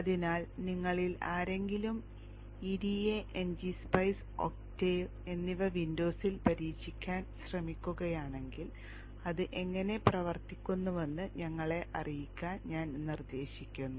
അതിനാൽ നിങ്ങളിൽ ആരെങ്കിലും EDA ngSpice Octave എന്നിവ വിൻഡോസിൽ പരീക്ഷിക്കാൻ ശ്രമിക്കുകയാണെങ്കിൽ അത് എങ്ങനെ പ്രവർത്തിക്കുന്നുവെന്ന് ഞങ്ങളെ അറിയിക്കാൻ ഞാൻ നിർദ്ദേശിക്കുന്നു